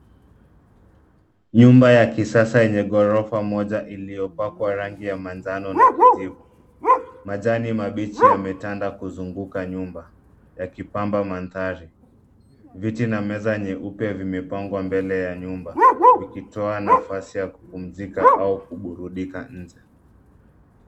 Nyumba ya kisasa yenye ghorofa moja iliyopakwa rangi ya manjano na kijivu. Majani mabichi yametanda kuzunguka nyumba, yakipamba mandhari. Viti na meza nyeupe vimepangwa mbele ya nyumba, vikitoa nafasi ya kupumzika au kuburudika nje.